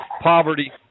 poverty